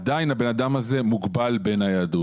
עדיין הבן אדם הזה מוגבל בניידות.